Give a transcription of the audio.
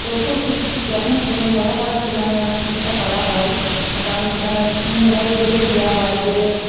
তো খুব সু যত্নসহ সহকারে সেখানে চিকিৎসা করা হয় কারণ সেখানে সুন্দরভাবে বেড দেওয়া হয় বেডে